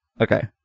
Okay